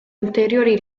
ulteriori